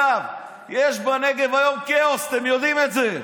יש בנגב היום כאוס, אתם יודעים את זה.